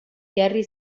jarri